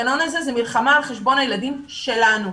הגנון הזה זה מלחמה על חשבון הילדים שלנו.